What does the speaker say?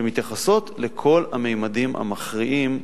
שמתייחסות לכל הממדים המכריעים,